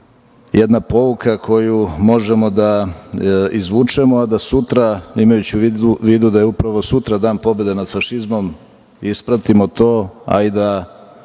jedna pouka koju možemo da izvučemo, a da sutra. imajući u vidu da je upravo sutra dan pobede nad fašizmom, ispratimo to, a